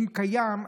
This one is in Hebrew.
אם קיים,